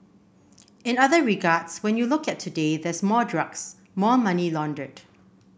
in other regards when you look at today there's more drugs more money laundered